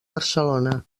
barcelona